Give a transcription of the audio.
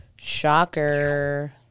shocker